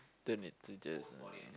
twenty two days